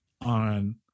on